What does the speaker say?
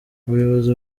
ubuyobozi